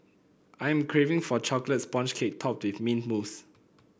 I am craving for a chocolate sponge cake topped with mint mousse